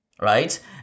right